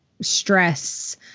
stress